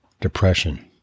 Depression